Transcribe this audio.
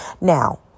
now